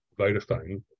Vodafone